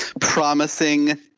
Promising